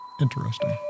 Interesting